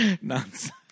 nonsense